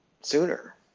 sooner